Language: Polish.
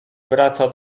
wraca